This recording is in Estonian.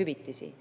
hüvitisi